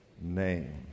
name